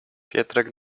pietrek